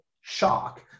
shock